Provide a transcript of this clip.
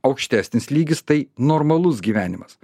aukštesnis lygis tai normalus gyvenimas